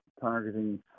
targeting